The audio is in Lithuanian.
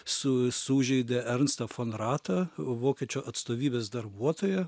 su sužeidė ernstą fon ratą vokiečių atstovybės darbuotoją